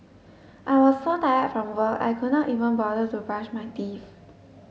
I was so tired from work I could not even bother to brush my teeth